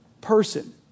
person